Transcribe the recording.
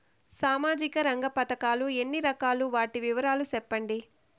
సామాజిక రంగ పథకాలు ఎన్ని రకాలు? వాటి వివరాలు సెప్పండి